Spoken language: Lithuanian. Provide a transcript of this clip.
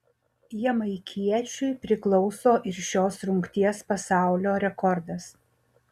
jamaikiečiui priklauso ir šios rungties pasaulio rekordas